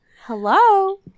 hello